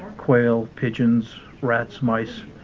quail, pigeons, rats, mice,